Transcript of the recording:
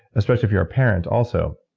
especially if you're a parent also,